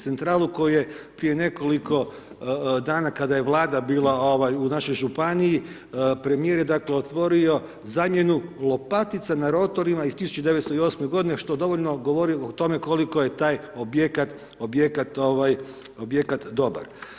Centralu koju je prije nekoliko dana, kada je Vlada bila u našoj županiji, premijer je, dakle otvorio, zamjenu lopatica na rotorima iz 1908. godine što dovoljno govori o tome koliko je taj objekat dobar.